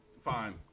fine